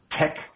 tech